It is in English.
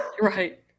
right